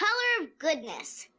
color of goodness.